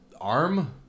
arm